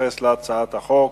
להתייחס להצעת החוק.